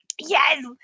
Yes